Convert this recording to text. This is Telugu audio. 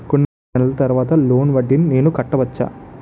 కొన్ని నెలల తర్వాత లోన్ వడ్డీని నేను కట్టవచ్చా?